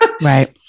right